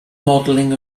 modeling